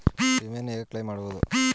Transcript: ವಿಮೆಯನ್ನು ಹೇಗೆ ಕ್ಲೈಮ್ ಮಾಡುವುದು?